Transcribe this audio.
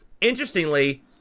Interestingly